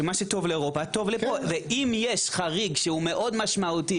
שמה שטוב לאירופה טוב לפה ואם יש חריג שהוא מאוד משמעותי